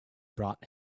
brought